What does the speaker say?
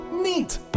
Neat